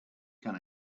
can